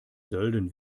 sölden